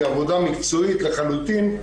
היא עבודה מקצועית לחלוטין.